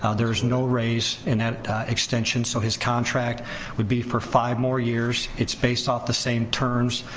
ah there's no raise in that extension, so his contract would be for five more years. it's based off the same terms,